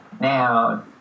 now